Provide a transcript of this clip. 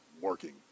working